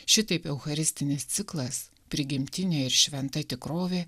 šitaip eucharistinis ciklas prigimtinė ir šventa tikrovė